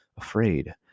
afraid